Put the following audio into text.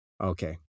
Okay